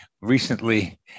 recently